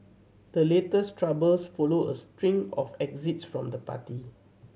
the latest troubles follow a string of exits from the party